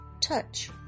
touch